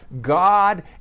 God